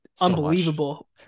unbelievable